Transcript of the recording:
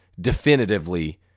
definitively